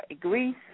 Greece